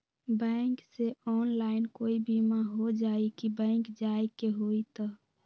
Bank से online कोई बिमा हो जाई कि बैंक जाए के होई त?